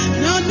no